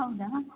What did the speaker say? ಹೌದಾ